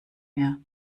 mehr